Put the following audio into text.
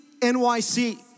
NYC